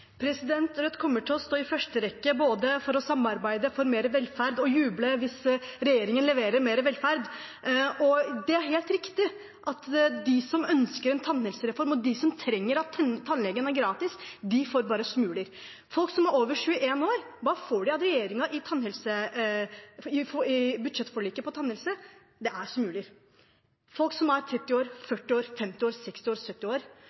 Rødt kommer til å stå i første rekke for både å samarbeide for mer velferd og juble hvis regjeringen leverer mer velferd. Det er helt riktig at de som ønsker en tannhelsereform, og de som trenger at tannlegen er gratis, får bare smuler. Folk som er over 21 år, hva får de av regjeringen i budsjettforliket på tannhelse? Det er smuler. Folk som er 30 år, 40 år, 50 år, 60 år, 70 år,